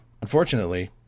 Unfortunately